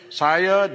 saya